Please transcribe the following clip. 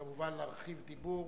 כמובן, להרחיב דיבור.